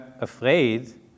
afraid